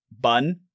bun